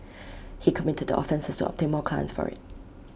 he committed the offences to obtain more clients for IT